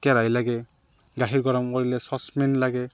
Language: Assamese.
কেৰাহি লাগে গাখীৰ গৰম কৰিলে চচপেন লাগে